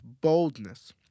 boldness